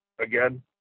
again